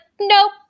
nope